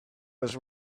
was